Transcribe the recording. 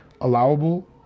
allowable